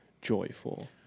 joyful